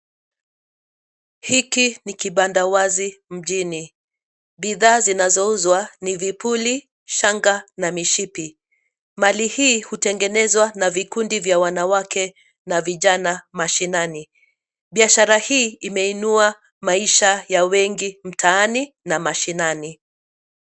Hiki ni kibanda wazi mjini. Bidhaa zinazouzwa ni vipuli, shanga, na mshipi. Mali hii hutengenezwa na vikundi vya wanawake na vijana mashinani. Biashara hii, imeinua maisha ya wengi mtaani na mashinani.